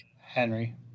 Henry